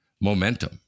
momentum